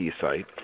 site